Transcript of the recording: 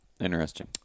Interesting